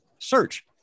Search